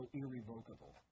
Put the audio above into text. irrevocable